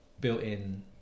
built-in